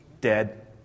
dead